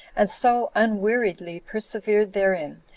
and so unweariedly persevered therein,